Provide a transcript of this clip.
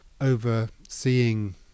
overseeing